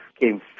came